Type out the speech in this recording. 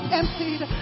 emptied